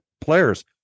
players